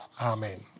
Amen